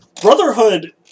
Brotherhood